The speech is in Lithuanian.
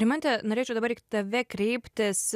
rimante norėčiau dabar į tave kreiptis